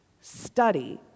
Study